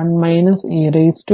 1 e tτ